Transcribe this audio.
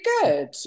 good